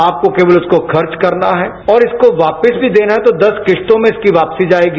आपको केवल उसको खर्च करना है और इसको वापस भी देना है तो दस किश्तों में इसकी वापसी जाएगी